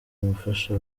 umufasha